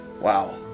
Wow